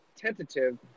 tentative